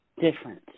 different